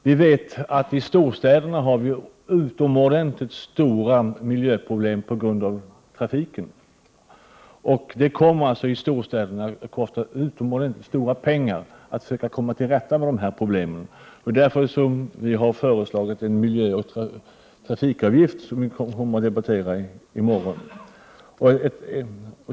Vi vet att man i storstäderna har oerhört stora miljöproblem på grund av trafiken. Det kommer att kosta utomordentligt mycket pengar att i storstäderna komma till rätta med dessa problem. Därför har vi föreslagit en miljöoch trafikavgift, som vi kommer att debattera i morgon.